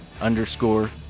underscore